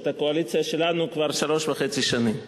את הקואליציה שלנו כבר שלוש שנים וחצי.